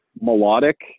melodic